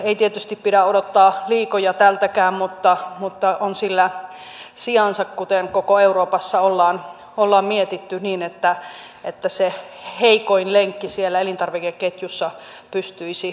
ei tietysti pidä odottaa liikoja tältäkään mutta on sillä sijansa kuten koko euroopassa on mietitty niin että se heikoin lenkki siellä elintarvikeketjussa pystyisi tekemään yhteistyötä